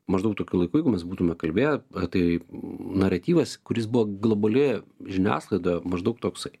maždaug tokiu laiku jeigu mes būtume kalbėję tai naratyvas kuris buvo globalioje žiniasklaidoje maždaug toks